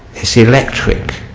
it's electric